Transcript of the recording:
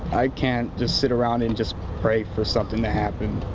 i can't just sit around and just pray for something to happen.